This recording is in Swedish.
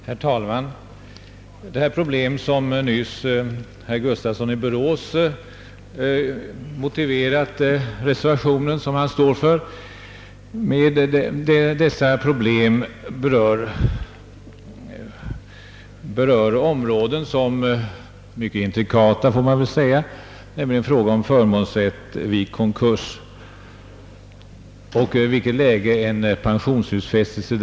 Herr talman! Till första lagutskottets utlåtande nr 38 är fogad en reservation, som herr Gustafsson i Borås nyss motiverade. I utlåtandet behandlas problem av mycket intrikat natur, nämligen frå gan om förmånsrätt vid konkurs för pensionsutfästelse.